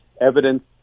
evidence